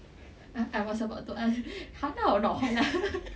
I I was about to ask halal or not halal